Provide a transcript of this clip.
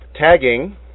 tagging